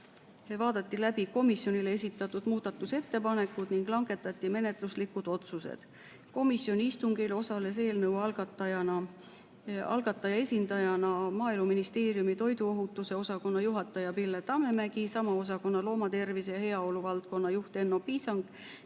Vaadati läbi komisjonile esitatud muudatusettepanekud ning langetati menetluslikud otsused. Komisjoni istungil osales eelnõu algataja esindajana Maaeluministeeriumi toiduohutuse osakonna juhataja Pille Tammemägi, sama osakonna loomatervise ja -heaolu valdkonna juht Enno Piisang